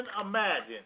imagine